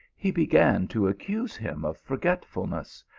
he began to accuse him of forgetfulness,